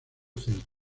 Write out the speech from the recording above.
centro